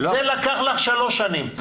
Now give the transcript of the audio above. זה לקח לך שלוש שנים,